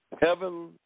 Heaven